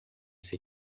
ser